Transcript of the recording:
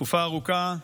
תקופה ארוכה.